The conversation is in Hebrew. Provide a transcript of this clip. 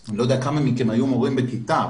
אני לא יודע כמה מכם היו מורים בכיתה.